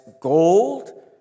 gold